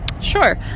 Sure